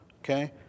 Okay